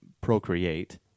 procreate